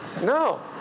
No